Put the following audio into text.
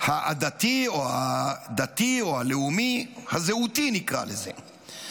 העדתי או הדתי או הלאומי, הזהותי, נקרא לזה.